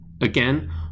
again